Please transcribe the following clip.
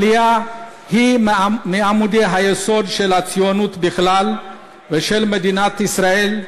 העלייה היא מעמודי היסוד של הציונות בכלל ושל מדינת ישראל,